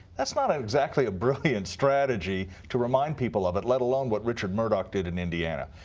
that's not exactly a brilliant strategy to remind people of it, let alone what richard murdoch did in indiana.